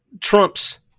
Trump's